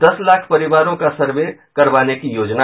दस लाख परिवारों का सर्वे करवाने की योजना